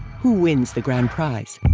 who wins the grand prize?